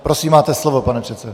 Prosím, máte slovo, pane předsedo.